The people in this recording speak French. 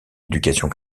éducation